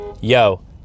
Yo